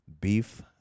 beef